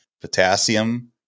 potassium